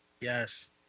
Yes